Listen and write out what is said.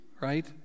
right